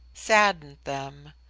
saddened them.